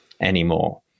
anymore